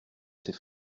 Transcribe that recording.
ses